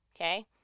okay